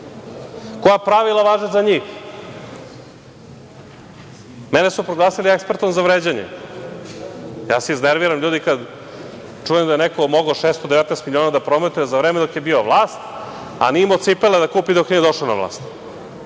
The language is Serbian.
Koja pravila važe za njih? Mene su proglasili ekspertom za vređanje. Ljudi, ja se iznerviram kada čujem da je neko mogao 619 miliona da prometuje za vreme dok je bio vlast, a nije imao cipele da kupi dok nije došao na vlast.